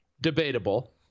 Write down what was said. debatable